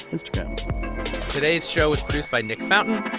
instagram today's show was produced by nick fountain.